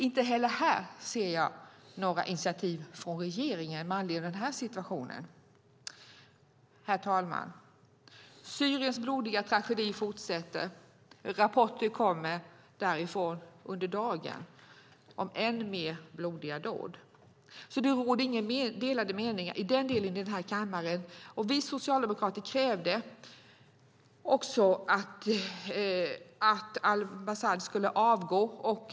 Inte heller här ser jag några initiativ från regeringen med anledning av situationen. Herr talman! Syriens blodiga tragedi fortsätter. Rapporter har kommit därifrån under dagen om än mer blodiga dåd. Det råder inga delade meningar i den delen i denna kammare. Vi socialdemokrater krävde att al-Asad skulle avgå.